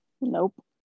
Nope